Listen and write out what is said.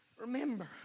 Remember